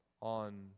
on